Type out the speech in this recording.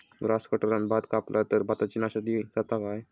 Grass कटराने भात कपला तर भाताची नाशादी जाता काय?